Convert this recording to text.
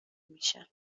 میشم